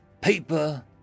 paper